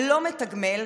הלא-מתגמל,